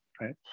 right